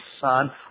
son